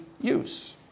use